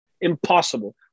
Impossible